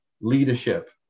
leadership